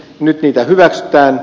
nyt niitä hyväksytään